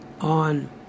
on